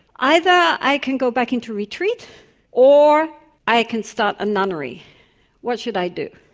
either i can go back into retreat or i can start a nunnery what should i do?